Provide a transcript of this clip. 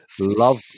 Love